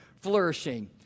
flourishing